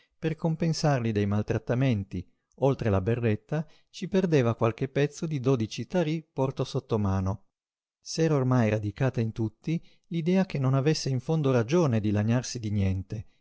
per compensarli dei maltrattamenti oltre la berretta ci perdeva qualche pezzo di dodici tarí porto sottomano s'era ormai radicata in tutti l'idea che non avesse in fondo ragione di lagnarsi di niente